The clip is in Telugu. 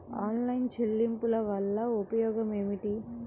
ఆన్లైన్ చెల్లింపుల వల్ల ఉపయోగమేమిటీ?